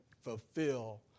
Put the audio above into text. fulfill